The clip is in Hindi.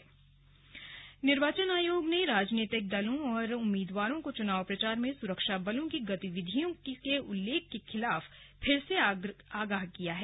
स्लग निर्वाचन आयोग निर्वाचन आयोग ने राजनीतिक दलों और उम्मीदवारों को चुनाव प्रचार में सुरक्षा बलों की गतिविधियों के उल्लेख के खिलाफ फिर से आगाह किया है